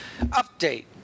Update